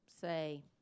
say